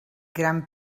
gran